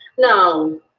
no.